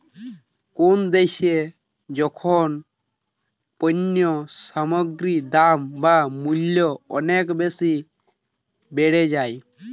কোনো দ্যাশে যখন পণ্য সামগ্রীর দাম বা মূল্য অনেক বেশি বেড়ে যায়